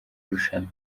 rushanwa